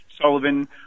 Sullivan